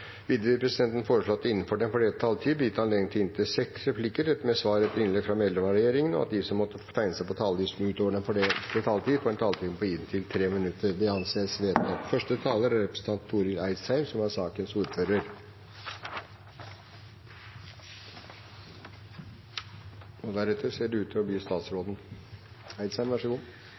Videre vil presidenten foreslå at det – innenfor den fordelte taletid – blir gitt anledning til inntil fem replikker med svar etter innlegg fra medlemmer av regjeringen, og at de som måtte tegne seg på talerlisten utover den fordelte taletid, får en taletid på inntil 3 minutter. – Det anses vedtatt. Dette er et representantforslag som